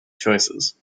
choices